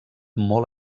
molt